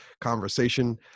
conversation